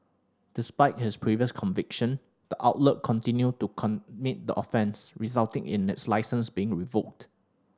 despite his previous conviction the outlet continued to commit the offence resulting in its licence being revoked